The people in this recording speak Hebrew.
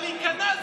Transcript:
אבל להיכנע,